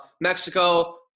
Mexico